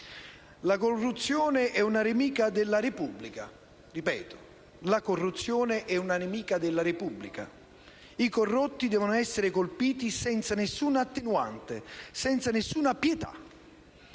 «La corruzione è una nemica della Repubblica. I corrotti devono essere colpiti senza nessuna attenuante, senza nessuna pietà.